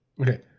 Okay